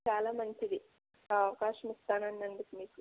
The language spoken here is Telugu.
చాలా మంచిది అవకాశం ఇస్తారన్నందుకు మీకు